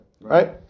Right